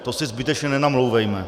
To si zbytečně nenamlouvejme.